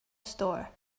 store